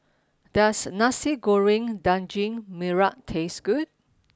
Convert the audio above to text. does Nasi Goreng Daging Merah taste good